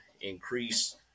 increase